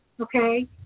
okay